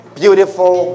beautiful